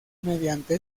mediante